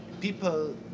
people